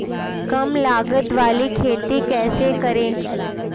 कम लागत वाली खेती कैसे करें?